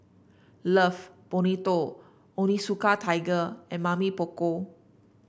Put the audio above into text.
Love Bonito Onitsuka Tiger and Mamy Poko